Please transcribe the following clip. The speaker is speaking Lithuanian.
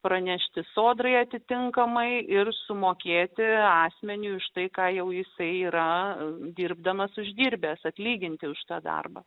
pranešti sodrai atitinkamai ir sumokėti asmeniui už tai ką jau jisai yra dirbdamas uždirbęs atlyginti už tą darbą